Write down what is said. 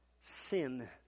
sin